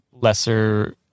lesser